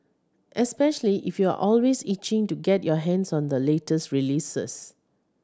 especially if you're always itching to get your hands on the latest releases